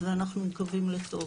ואנחנו מקווים לטוב.